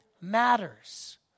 matters